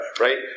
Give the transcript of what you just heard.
right